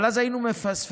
אבל אז היינו מפספסים